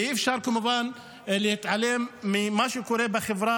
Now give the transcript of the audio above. ואי-אפשר כמובן להתעלם ממה שקורה בחברה